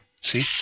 See